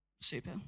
super